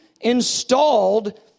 installed